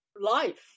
life